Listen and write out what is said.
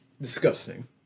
Disgusting